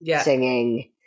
singing